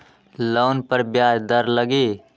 Loan पर ब्याज दर लगी?